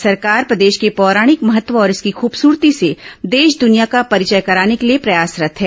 राज्य सरकार प्रदेश के पौराणिक महत्व और इसकी खूबसूरती से देश दुनिया का परिचय कराने के लिए प्रयासरत् है